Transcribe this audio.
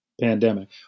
pandemic